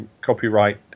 copyright